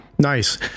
Nice